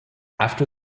after